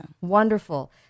Wonderful